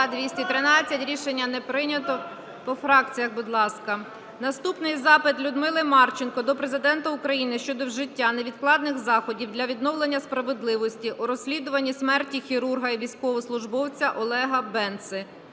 Наступний запит Людмили Марченко до Президента України щодо вжиття невідкладних заходів для відновлення справедливості у розслідуванні смерті хірурга і військовослужбовця Олега Бенци.